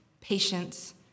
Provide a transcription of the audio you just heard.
patience